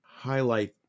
highlight